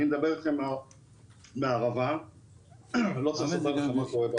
אני מדבר איתכם מהערבה ואני לא צריך לספר לכם מה קורה בערבה.